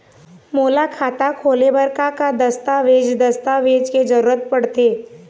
मोला खाता खोले बर का का दस्तावेज दस्तावेज के जरूरत पढ़ते?